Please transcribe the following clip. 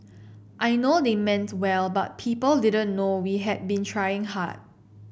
I know they meant well but people didn't know we had been trying hard